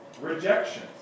rejection